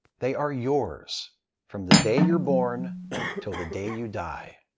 they are yours from the day you're born to the day you die.